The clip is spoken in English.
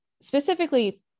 specifically